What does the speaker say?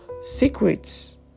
secrets